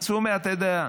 אז הוא אומר: אתה יודע,